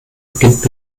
beginnt